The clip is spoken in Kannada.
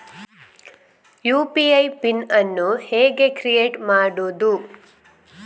ಯು.ಪಿ.ಐ ಪಿನ್ ಅನ್ನು ಹೇಗೆ ಕ್ರಿಯೇಟ್ ಮಾಡುದು?